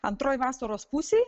antroj vasaros pusėj